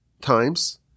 times